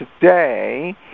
today